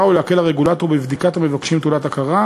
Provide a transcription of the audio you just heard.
ולהקל על הרגולטור בבדיקת המבקשים תעודת הכרה,